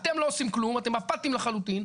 אתם לא עושים כלום, אתם אפתיים לחלוטין,